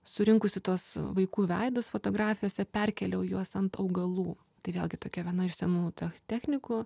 surinkusi tuos vaikų veidus fotografijose perkėliau juos ant augalų tai vėlgi tokia viena iš senų ta technikų